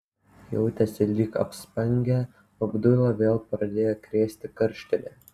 jautėsi lyg apspangę abdulą vėl pradėjo krėsti karštinė